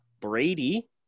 Brady